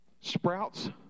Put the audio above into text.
sprouts